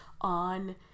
on